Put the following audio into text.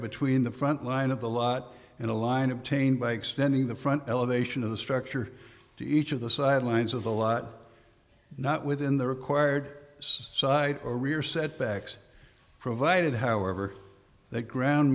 between the front line of the lot in the line obtained by extending the front elevation of the structure to each of the sidelines of the lot not within the required side or rear setbacks provided however the ground